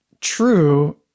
true